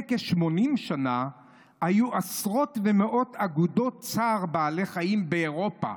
כ-80 שנה היו עשרות ומאות אגודות צער בעלי חיים באירופה.